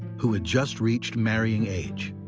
who had just reached marrying age.